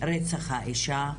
רצח האישה,